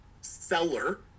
seller